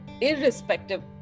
irrespective